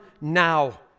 now